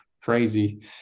crazy